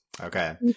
okay